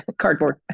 Cardboard